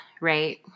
Right